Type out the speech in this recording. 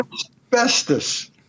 asbestos